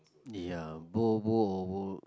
ya bobo or bo